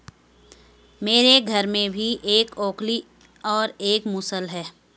मेरे घर में भी एक ओखली और एक मूसल है